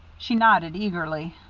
she nodded eagerly.